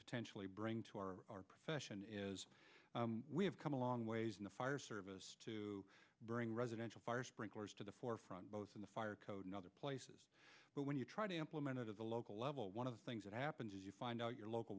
potentially bring to our profession is we have come a long ways in the fire service to bring residential fire sprinklers to the forefront both in the fire code and other places but when you try to implement it as a local level one of the things that happens is you find out your local